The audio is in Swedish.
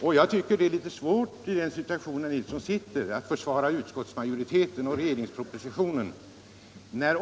Jag tycker att herr Nilsson skulle ha litet svårt att i den situation som han befinner sig i försvara utskottsmajoriteten och propositionen.